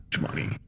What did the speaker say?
money